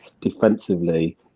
defensively